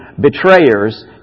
betrayers